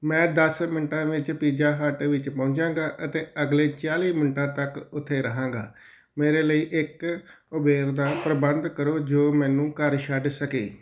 ਮੈਂ ਦਸ ਮਿੰਟਾਂ ਵਿੱਚ ਪੀਜ਼ਾ ਹੱਟ ਵਿੱਚ ਪਹੁੰਚਾਂਗਾ ਅਤੇ ਅਗਲੇ ਚਾਲ੍ਹੀ ਮਿੰਟਾਂ ਤੱਕ ਉੱਥੇ ਰਹਾਂਗਾ ਮੇਰੇ ਲਈ ਇੱਕ ਉਬੇਰ ਦਾ ਪ੍ਰਬੰਧ ਕਰੋ ਜੋ ਮੈਨੂੰ ਘਰ ਛੱਡ ਸਕੇ